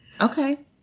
Okay